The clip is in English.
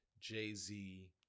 Jay-Z